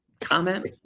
comment